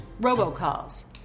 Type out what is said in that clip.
robocalls